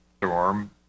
storm